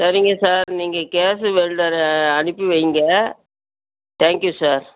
சரிங்க சார் நீங்கள் கேஸு வெல்டரை அனுப்பி வைங்க தேங்க் யூ சார்